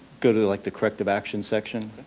go to the like the corrective action section.